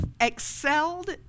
excelled